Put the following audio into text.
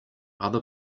other